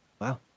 Wow